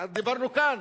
דיברנו כאן